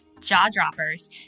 jaw-droppers